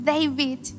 David